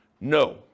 No